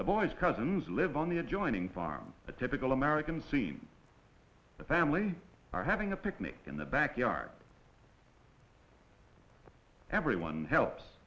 the boy's cousins live on the adjoining farm a typical american scene the family are having a picnic in the backyard everyone helps